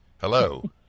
Hello